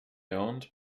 owned